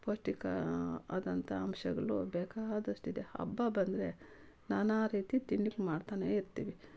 ಪೌಷ್ಠಿಕ ಆದಂಥ ಅಂಶಗಳು ಬೇಕಾದಷ್ಟಿದೆ ಹಬ್ಬ ಬಂದರೆ ನಾನಾ ರೀತಿ ತಿಂಡಿ ಮಾಡ್ತಾನೆ ಇರ್ತಿವಿ